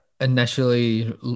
Initially